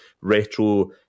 retro